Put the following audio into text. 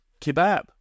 kebab